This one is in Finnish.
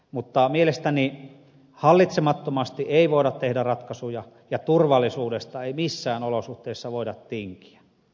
mutta mielestäni hallitsemattomasti ei voida tehdä ratkaisuja ja turvallisuudesta ei missään olosuhteissa voida tinkiä